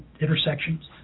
intersections